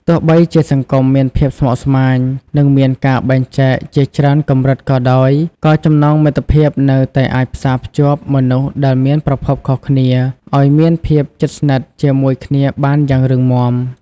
ទោះបីជាសង្គមមានភាពស្មុគស្មាញ និងមានការបែងចែកជាច្រើនកម្រិតក៏ដោយ ក៏ចំណងមិត្តភាពនៅតែអាចផ្សារភ្ជាប់មនុស្សដែលមានប្រភពខុសគ្នាឲ្យមានភាពជិតស្និទ្ធជាមួយគ្នាបានយ៉ាងរឹងមាំ។